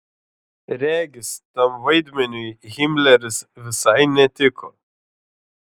regis tam vaidmeniui himleris visai netiko